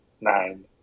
nine